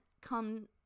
come